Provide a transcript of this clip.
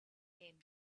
came